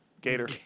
Gator